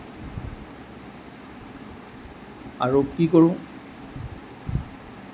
আৰু কি কৰোঁ